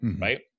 right